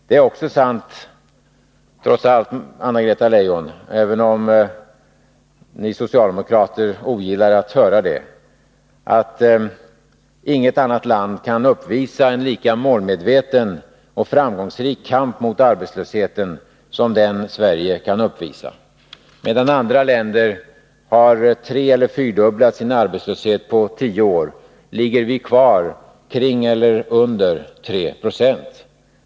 Det är också sant trots allt, Anna-Greta Leijon, även om ni socialdemokrater ogillar att höra det, att inget annat land kan uppvisa en lika målmedveten och framgångsrik kamp mot arbetslösheten som den Sverige kan uppvisa. Medan andra länder har treeller fyrdubblat sin arbetslöshet på tio år ligger vi kvar kring eller under 3 960.